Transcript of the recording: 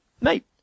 Mate